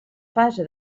fase